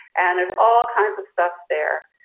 and there's all kinds of stuff there.